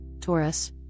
Taurus